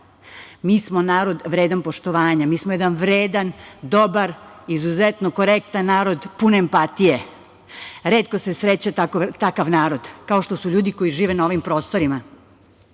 Mi smo narod vredan poštovanja. Mi smo jedan vredan, dobar, izuzetno korektan narod, pun empatije. Retko se sreće takav narod kao što su ljudi koji žive na ovim prostorima.Zašto